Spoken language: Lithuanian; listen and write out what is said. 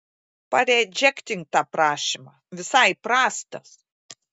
paredžektink tą prašymą visai prastas